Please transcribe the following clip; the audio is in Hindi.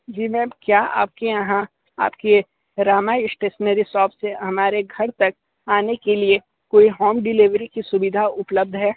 जी मैम क्या आपके यहाँ आपके रामा स्टेशनरी शॉप से हमारे घर तक आने के लिए कोई होम डिलीवरी की सुविधा उपलब्ध है